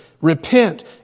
Repent